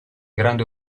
grande